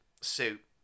suit